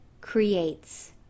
creates